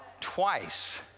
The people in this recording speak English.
twice